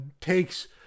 takes